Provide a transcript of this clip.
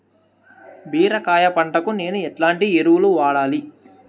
బీరకాయ పంటకు నేను ఎట్లాంటి ఎరువులు వాడాలి?